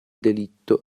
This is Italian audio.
delitto